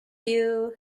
you